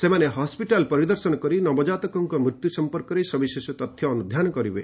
ସେମାନେ ହସ୍କିଟାଲ୍ ପରିଦର୍ଶନ କରି ନବଜାତକଙ୍କ ମୃତ୍ୟୁ ସମ୍ପର୍କରେ ସବିଶେଷ ତଥ୍ୟ ଅନୁଧ୍ୟାନ କରିବେ